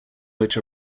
which